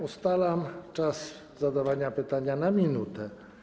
Ustalam czas zadawania pytania na 1 minutę.